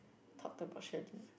talked about ah